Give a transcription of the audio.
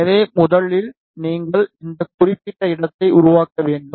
எனவே முதலில் நீங்கள் இந்த குறிப்பிட்ட இடத்தை உருவாக்க வேண்டும்